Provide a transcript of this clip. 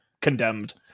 condemned